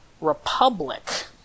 republic